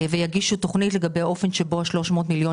ויגישו תוכנית לגבי האופן שבו 300 מיליון